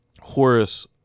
Horace